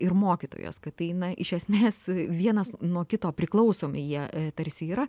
ir mokytojas kad tai na iš esmės vienas nuo kito priklausomi jie tarsi yra